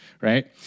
right